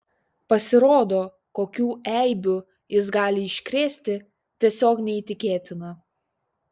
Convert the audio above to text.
pasirodo kokių eibių jis gali iškrėsti tiesiog neįtikėtina